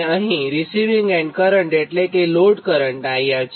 અહીં receiving end current એટલે કે લોડ કરંટ IR છે